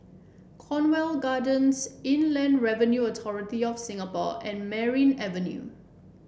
Cornwall Gardens Inland Revenue Authority of Singapore and Merryn Avenue